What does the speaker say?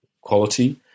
quality